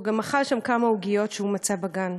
הוא גם אכל שם כמה עוגיות שמצא בגן.